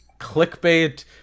clickbait